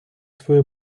свою